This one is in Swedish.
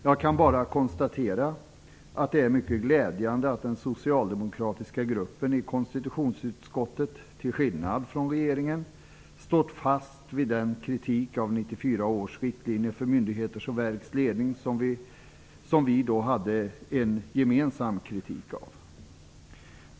Jag kan bara konstatera att det är mycket glädjande att den socialdemokratiska gruppen i konstitutionsutskottet, till skillnad från regeringen, stått fast vid kritiken av 1994 års riktlinjer för myndigheters och verks ledning. Det var riktlinjer som vi gemensamt kritiserade.